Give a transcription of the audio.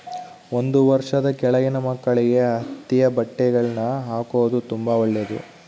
ಒಂದು ವರ್ಷದ ಕೆಳಗಿನ ಮಕ್ಕಳಿಗೆ ಹತ್ತಿಯ ಬಟ್ಟೆಗಳ್ನ ಹಾಕೊದು ತುಂಬಾ ಒಳ್ಳೆದು